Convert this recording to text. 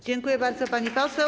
Dziękuję bardzo, pani poseł.